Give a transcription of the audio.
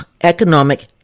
economic